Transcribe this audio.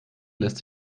lässt